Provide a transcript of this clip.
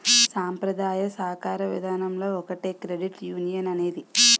సాంప్రదాయ సాకార విధానంలో ఒకటే క్రెడిట్ యునియన్ అనేది